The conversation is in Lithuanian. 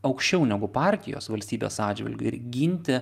aukščiau negu partijos valstybės atžvilgiu ir ginti